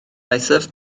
eithaf